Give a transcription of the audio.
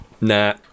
Nah